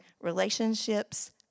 relationships